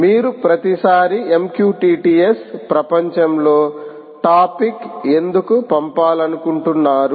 మీరు ప్రతిసారీ MQTTS ప్రపంచంలో టాపిక్ ఎందుకు పంపాలనుకుంటున్నారు